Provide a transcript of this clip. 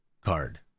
card